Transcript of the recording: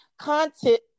Content